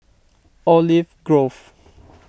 Olive Grove